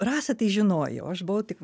rasą tai žinojau aš buvau tik